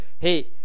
hey